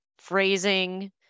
phrasing